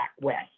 West